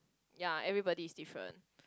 ya everybody is different